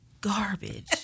garbage